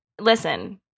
Listen